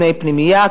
בתנאי פנימייה,